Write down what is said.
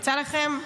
יצא לכם?